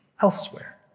elsewhere